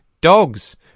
dogs